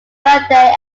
birthday